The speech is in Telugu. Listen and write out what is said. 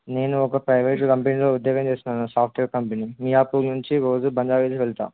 నేను ఒక ప్రైవేట్ కంపెనీలో ఉద్యోగం చేస్తున్నాను సాఫ్ట్వేర్ కంపెనీ మియాపూర్ నుంచి రోజు బంజారా హిల్స్ వెళ్తా